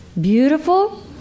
beautiful